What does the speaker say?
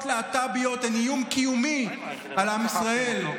הלהט"ביות הן איום קיומי על עם ישראל,